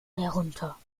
herunter